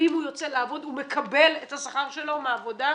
ואם הוא יוצא לעבוד הוא מקבל את השכר שלו מעבודה,